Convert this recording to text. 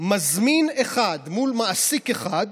מזמין אחד, מול מעסיק אחד,